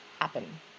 happen